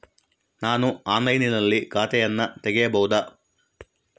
ನಾನು ಆನ್ಲೈನಿನಲ್ಲಿ ಖಾತೆಯನ್ನ ತೆಗೆಯಬಹುದಾ?